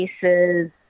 cases